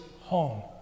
home